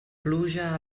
pluja